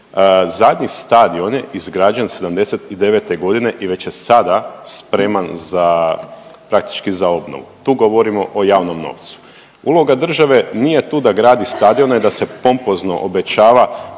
zadnji stadion je izgrađen '79. g. i već je sada spreman za praktički za obnovu. Tu govorimo o javnom novcu. Uloga države nije tu da gradi stadione, da se pompozno obećava